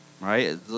right